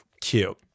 Cute